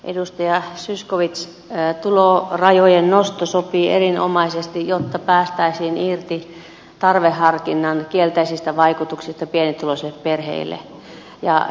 edustaja zyskowicz tulorajojen nosto sopii erinomaisesti jotta päästäisiin irti tarveharkinnan kielteisistä vaikutuksista pienituloisiin perheisiin